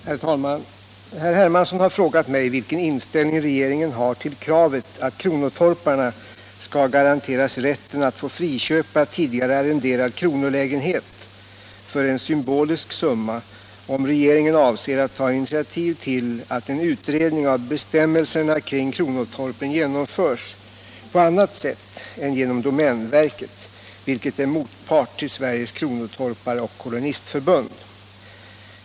Herr talman! Herr Hermansson har frågat mig vilken inställning regeringen har till kravet att kronotorparna skall garanteras rätten att få friköpa tidigare arrenderad kronolägenhet för en symbolisk summa och om regeringen avser att ta initiativ till att en utredning av bestämmelserna kring kronotorpen genomförs på annat sätt än genom domänverket, vilket är motpart till Sveriges kronotorpareoch kolonistförbund.